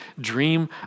dream